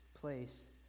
place